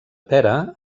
pera